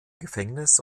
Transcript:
gefängnis